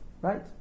right